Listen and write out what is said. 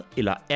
eller